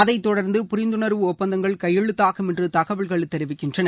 அதைத் தொடர்ந்து புரிந்துணர்வு ஒப்பந்தங்கள் கையெழுத்தாகும் என்று தகவல்கள் தெரிவிக்கின்றன